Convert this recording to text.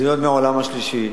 מדינות העולם השלישי,